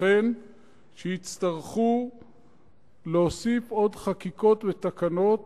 ייתכן שיצטרכו להוסיף עוד חקיקות ותקנות